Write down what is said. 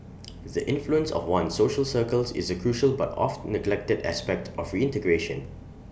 the influence of one's social circles is A crucial but oft neglected aspect of reintegration